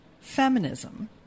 feminism